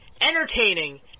entertaining